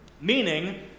Meaning